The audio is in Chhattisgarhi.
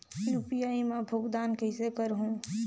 यू.पी.आई मा भुगतान कइसे करहूं?